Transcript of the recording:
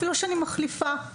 אפילו כמחליפה,